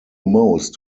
most